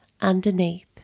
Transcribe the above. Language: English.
underneath